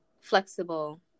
flexible